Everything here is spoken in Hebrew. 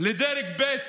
לדרג ב'